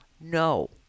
no